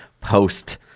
post-